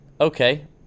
okay